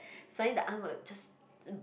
suddenly the aunt will just